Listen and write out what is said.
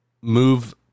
Move